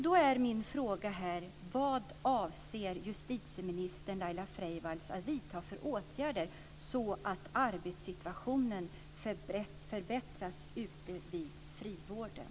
Då är min fråga: Vad avser justitieminister Laila Freivalds att vidta för åtgärder, så att arbetssituationen förbättras ute i frivården?